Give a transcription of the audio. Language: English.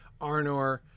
Arnor